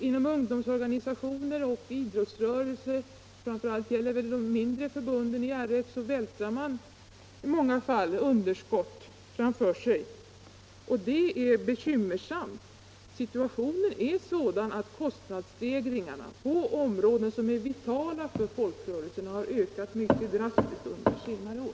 Inom ungdomsorganisationer och idrottsrörelse vältrar man i många fall underskott framför sig. Och det är bekymmersamt. Situationen är sådan att kostnadsstegringarna på områden som är vitala för folkrörelserna har ökat mycket drastiskt under senare år.